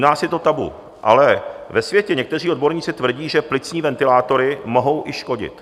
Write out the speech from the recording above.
U nás je to tabu, ale ve světě někteří odborníci tvrdí, že plicní ventilátory mohou i škodit.